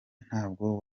ntabwo